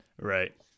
right